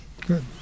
Good